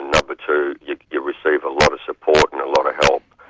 no. but two you you receive a lot of support and a lot of help.